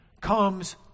comes